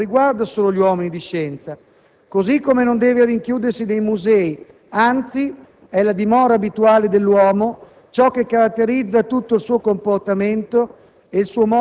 quale, come afferma Giovanni Paolo II «non riguarda solo gli uomini di scienza, così come non deve rinchiudersi nei musei». Anzi, essa «è la dimora abituale dell'uomo,